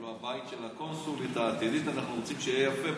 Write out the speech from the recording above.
אפילו הבית של הקונסולית העתידית אנחנו רוצים שיהיה יפה,